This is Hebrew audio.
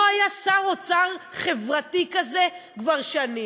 לא היה שר אוצר חברתי כזה כבר שנים.